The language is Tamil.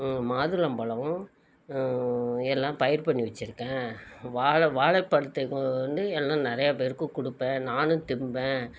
மாதுளம் பழம் எல்லாம் பயிர் பண்ணி வச்சிருக்கேன் வாழ வாழப் பழத்தை கொண்டு எல்லாம் நிறையா பேருக்கு கொடுப்பேன் நானும் தின்பேன்